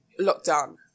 lockdown